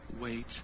Wait